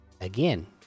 Again